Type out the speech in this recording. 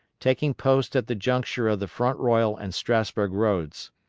taking post at the junction of the front royal and strasburg roads.